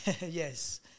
Yes